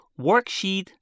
Worksheet